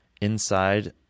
inside